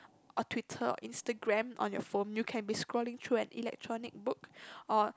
or Twitter or Instagram on your phone you can be scrolling through an electronic book or